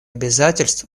обязательств